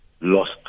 lost